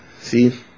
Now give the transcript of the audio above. see